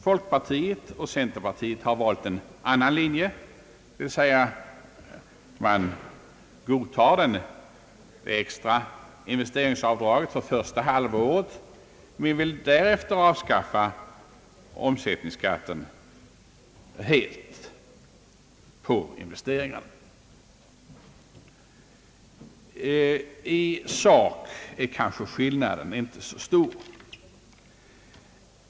Folkpartiet och centerpartiet, som har valt en annan linje, godtar det extra investeringsavdraget för första halvåret men vill för andra halvåret helt avskaffa omsättningsskatten på investeringarna. I sak är skillnaden kanske inte så stor.